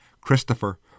Christopher